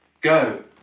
Go